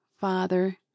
Father